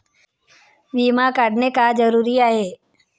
विमा काढणे का जरुरी आहे?